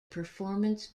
performance